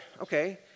okay